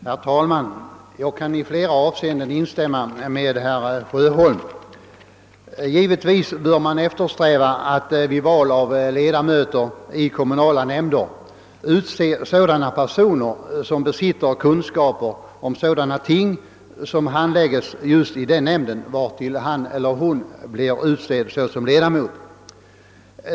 Herr talman! Jag kan i flera avseenden instämma med herr Sjöholm. Givetvis bör man eftersträva att till ledamöter i kommunala nämnder välja personer som besitter kunskaper om de spörsmål som handläggs i just den nämnd där vederbörande skall vara verksam.